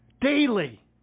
Daily